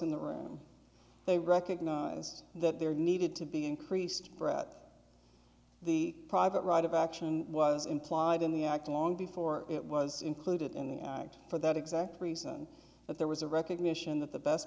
in the room they recognized that there needed to be increased threat the private right of action was implied in the act long before it was included in the act for that exact reason but there was a recognition that the best